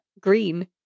green